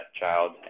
child